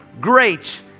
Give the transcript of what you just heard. great